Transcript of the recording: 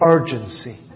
Urgency